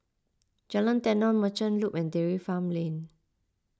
Jalan Tenon Merchant Loop and Dairy Farm Lane